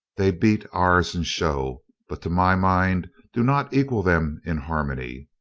they beat ours in show, but to my mind do not equal them in harmony.